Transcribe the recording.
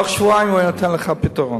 בתוך שבועיים הוא היה נותן לך פתרון.